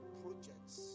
projects